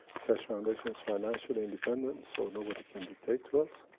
keshe foundation is financially independent, so nobody can dictate to us,